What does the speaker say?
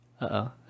Uh-oh